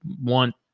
want